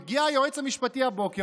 מגיע היועץ המשפטי הבוקר,